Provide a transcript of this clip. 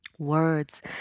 words